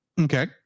Okay